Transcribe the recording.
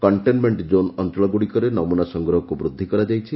କକ୍ଷେନ୍ମେକ୍କ କୋନ୍ ଅଞ୍ଞଳଗୁଡ଼ିକରେ ନମୁନା ସଂଗ୍ରହକୁ ବୃଦ୍ଧି କରାଯାଇଛି